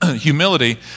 humility